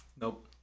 Nope